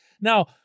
Now